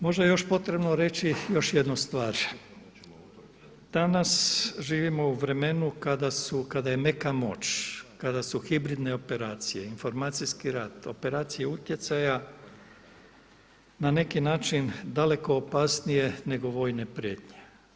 Možda je još potrebno reći još jednu stvar, danas živimo u vremenu kada je neka moć, kada su hibridne operacije, informacijski rad, operacije utjecaja na neki način daleko opasnije nego vojne prijetnje.